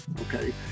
okay